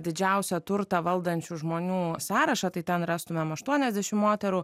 didžiausią turtą valdančių žmonių sąrašą tai ten rastumėm aštuoniasdešimt moterų